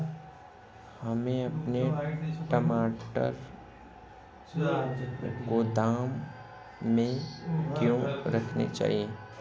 हमें अपने टमाटर गोदाम में क्यों रखने चाहिए?